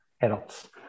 adults